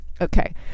Okay